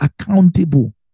accountable